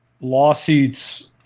lawsuits